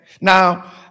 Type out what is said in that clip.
Now